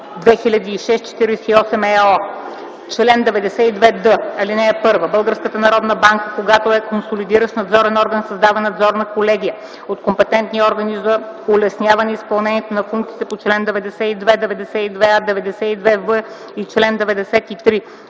2006/48/ЕО. Чл. 92д. (1) Българската народна банка, когато е консолидиращ надзорен орган, създава надзорни колегии от компетентни органи за улесняване изпълнението на функциите по чл. 92, 92а, 92в и чл. 93